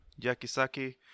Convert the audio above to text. yakisaki